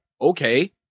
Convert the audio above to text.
okay